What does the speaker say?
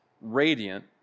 radiant